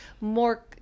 more